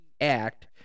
act